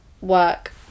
work